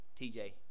tj